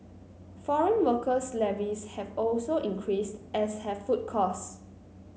foreign worker levies have also increased as have food costs